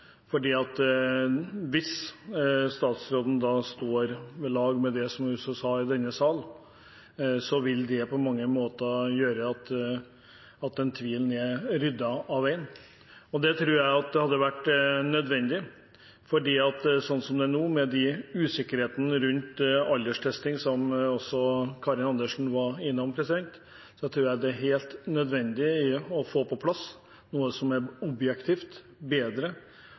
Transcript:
sa i denne sal, vil det på mange måter gjøre at den tvilen er ryddet av veien. Det tror jeg er nødvendig. Med den usikkerheten som nå er rundt alderstesting, noe også Karin Andersen var innom, tror jeg det er helt nødvendig å få på plass noe som er objektivt, bedre